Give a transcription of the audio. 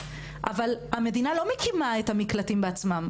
אבל המדינה לא מקימה את המקלטים בעצמה.